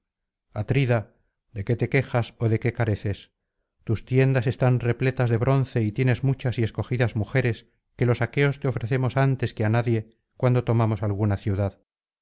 atrida de qué te quejas ó de qué careces tus tiendas están repletas de bronce y tienes muchas y escogidas mujeres que los aqueos te ofrecemos antes que á nadie cuando tomamos alguna ciudad